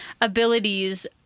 abilities